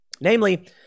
Namely